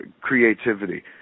creativity